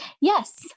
Yes